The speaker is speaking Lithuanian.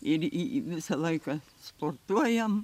ir į visą laiką sportuojam